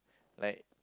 like